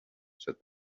said